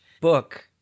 book